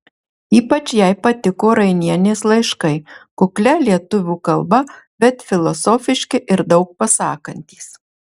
ypač jai patiko rainienės laiškai kuklia lietuvių kalba bet filosofiški ir daug pasakantys